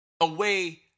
away